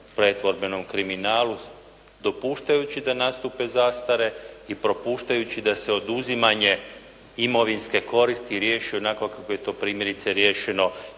pretvorbenom kriminalu, dopuštajući da nastupe zastare i propuštajući da se oduzimanje imovinske koristi riješi onako kako je to primjerice riješeno